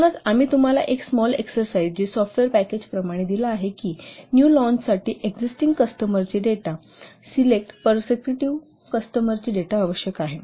म्हणूनच आम्ही तुम्हाला एक स्मॉल एक्सरसाईज जी सॉफ्टवेअर पॅकेज प्रमाणे दिला आहे की न्यू लॉन्च साठी एक्सिस्टिंग कस्टमरचे डेटा आवश्यक आहे